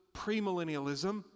pre-millennialism